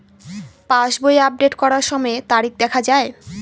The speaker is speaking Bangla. পাসবই আপডেট করার সময়ে তারিখ দেখা য়ায়?